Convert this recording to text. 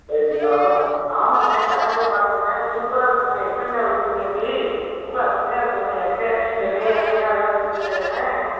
ரைட்டுங்கண்ணே ரொம்ப நான் ஆமாண்ணே கண்ணாடியை பாருங்கண்ணே சூப்பராக இருக்குண்ணே எப்படிண்ணே வெட்டினீங்க இப்படி ரொம்ப அருமையா இருக்குதுண்ணே எனக்கே என்னையே எனக்கே அடையாளம் தெரியலையேண்ணே